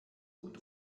und